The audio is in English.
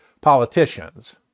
politicians